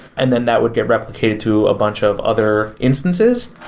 and then that would get replicated to a bunch of other instances.